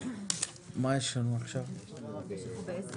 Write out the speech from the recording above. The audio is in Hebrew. הישיבה ננעלה בשעה